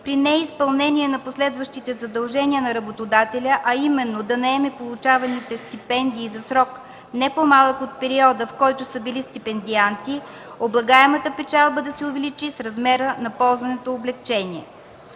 при неизпълнение на последващите задължения на работодателя, а именно да наеме получавалите стипендии за срок не по-малък от периода, в който са били стипендианти, облагаемата печалба да се увеличи с размера на ползваното облекчение.